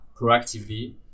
Proactively